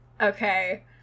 Okay